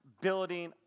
building